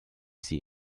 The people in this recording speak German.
sie